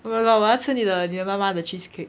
!walao! 我要吃你的你的妈妈的 cheesecake